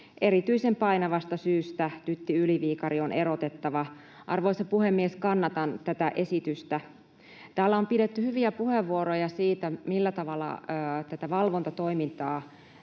erityisen painavasta syystä Tytti Yli-Viikari on erotettava. Arvoisa puhemies, kannatan tätä esitystä. Täällä on pidetty hyviä puheenvuoroja siitä, millä tavalla tätä valvontatoimintaa